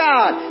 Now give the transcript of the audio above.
God